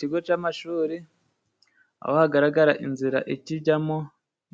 Ikigo c'amashuri aho hagaragara inzira ikijyamo.